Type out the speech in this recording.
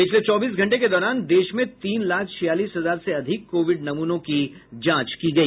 पिछले चौबीस घंटे के दौरान देशमें तीन लाख छियालीस हजार से अधिक कोविड नमूनों की जांच की गई